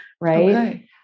Right